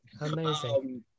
amazing